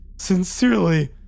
Sincerely